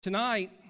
Tonight